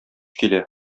килә